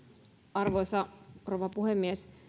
arvoisa rouva puhemies